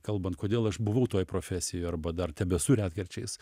kalbant kodėl aš buvau toj profesijoj arba dar tebesu retkarčiais